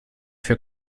für